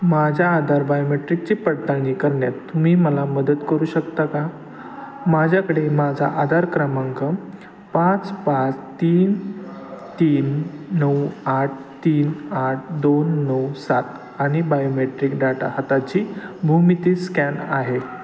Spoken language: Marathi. माझ्या आधार बायोमेट्रिकची पडताळणी करण्यात तुम्ही मला मदत करू शकता का माझ्याकडे माझा आधार क्रमांक पाच पाच तीन तीन नऊ आठ तीन आठ दोन नऊ सात आणि बायोमेट्रिक डाटा हाताची भूमिती स्कॅन आहे